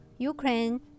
Ukraine